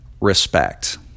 respect